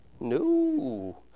No